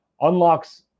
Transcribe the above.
unlocks